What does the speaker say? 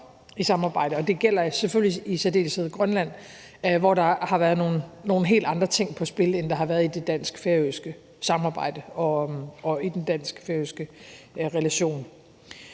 det gælder selvfølgelig i særdeleshed Grønland, hvor der har været nogle helt andre ting på spil, end der har været i det dansk-færøske samarbejde og i den dansk-færøske relation.